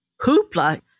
hoopla